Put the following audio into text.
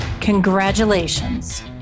Congratulations